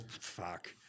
fuck